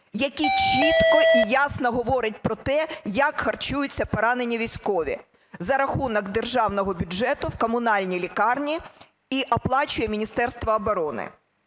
який чітко і ясно говорить про те, як харчуються поранені військові: за рахунок державного бюджету в комунальній лікарні і оплачує Міністерство оборони.